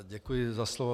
Děkuji za slovo.